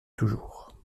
toujours